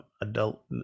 adult